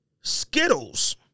Skittles